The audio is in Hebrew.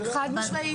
חד משמעית.